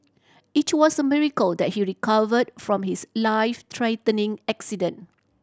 it was a miracle that he recovered from his life threatening accident